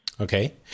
Okay